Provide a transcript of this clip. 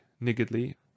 niggardly